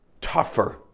tougher